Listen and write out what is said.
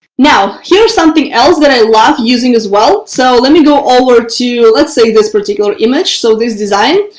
now, here's something else that i love using as well. so let me go over to let's say this particular image. so this design,